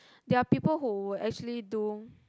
there are people who actually do